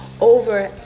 over